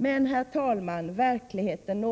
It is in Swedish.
Men, herr talman, verkligheten